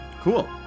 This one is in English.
Cool